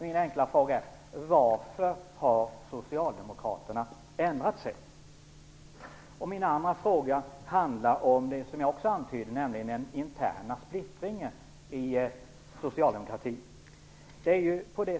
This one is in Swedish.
Min enkla fråga är: Varför har socialdemokraterna ändrat sig? Min andra fråga handlar om en annan sak som jag också antydde, nämligen den interna splittringen i socialdemokratin.